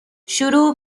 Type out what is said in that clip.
شروع